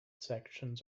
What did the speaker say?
sections